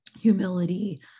humility